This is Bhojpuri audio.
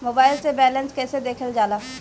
मोबाइल से बैलेंस कइसे देखल जाला?